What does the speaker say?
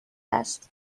است